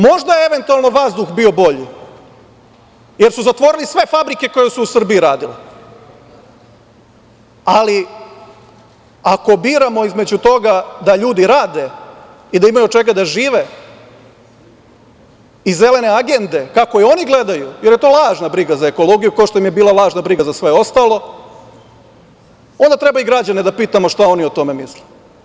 Možda je, eventualno, vazduh bio bolji, jer su zatvorili sve fabrike koje su u Srbiji radile, ali ako biramo između toga da ljudi rade i da imaju od čega da žive i Zelene agende, kako je oni gledaju, jer je to lažna briga za ekologiju, kao što im je bila lažna briga za sve ostalo, onda treba i građane da pitamo šta oni o tome misle.